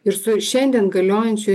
ir su šiandien galiojančiu